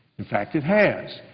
in fact, it has